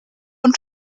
und